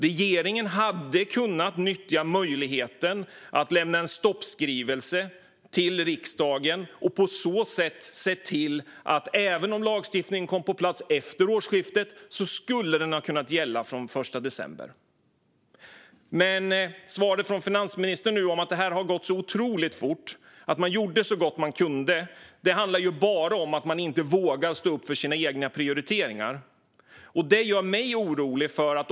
Regeringen hade kunnat nyttja möjligheten att lämna en stoppskrivelse till riksdagen och på så sätt se till att även om lagstiftningen kom på plats efter årsskiftet skulle den ha kunnat gälla från den 1 december. Svaret från finansministern om att det här har gått så otroligt fort, att man gjorde så gott man kunde, handlar bara om att man inte vågar stå upp för sina egna prioriteringar. Det gör mig orolig.